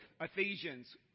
Ephesians